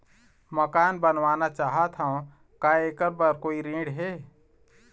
मकान बनवाना चाहत हाव, का ऐकर बर कोई ऋण हे?